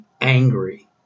angry